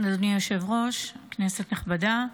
אדוני היושב-ראש, כנסת נכבדה,